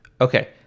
okay